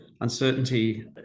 uncertainty